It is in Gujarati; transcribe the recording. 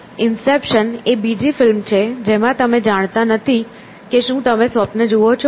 ઇન્સેપ્શન એ બીજી ફિલ્મ છે જેમાં તમે જાણતા નથી કે શું તમે સ્વપ્ન જુવો છો